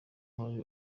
hari